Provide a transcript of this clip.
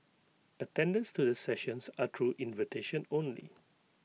attendance to the sessions are crew invitation only